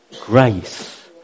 grace